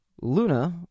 Luna